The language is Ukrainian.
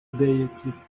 деяких